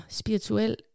spirituel